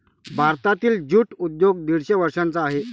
भारतातील ज्यूट उद्योग दीडशे वर्षांचा आहे